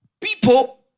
People